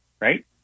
right